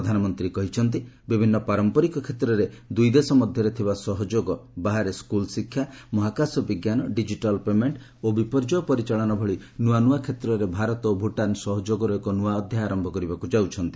ପ୍ରଧାନମନ୍ତ୍ରୀ ଶ୍ରୀ ମୋଦି କହିଛନ୍ତି ବିଭିନ୍ନ ପାରମ୍ପରିକ କ୍ଷେତ୍ରରେ ଦୁଇ ଦେଶ ମଧ୍ୟରେ ଥିବା ସହଯୋଗ ବାହାରେ ସ୍କୁଲ୍ ଶିକ୍ଷା ମହାକାଶ ବିଜ୍ଞାନ ଡିଜିଟାଲ୍ ପେମେଣ୍ଟ୍ ଓ ବିପର୍ଯ୍ୟୟ ପରିଚାଳନା ଭଳି ନୂଆ ନୂଆ କ୍ଷେତ୍ରରେ ଭାରତ ଓ ଭୁଟାନ୍ ସହଯୋଗର ଏକ ନ୍ନଆ ଅଧ୍ୟାୟ ଆରମ୍ଭ କରିବାକୁ ଯାଉଛନ୍ତି